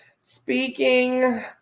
speaking